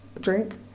drink